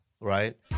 Right